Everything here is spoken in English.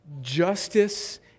justice